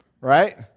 Right